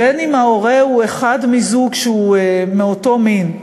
בין אם ההורה הוא אחד מזוג שהוא מאותו מין,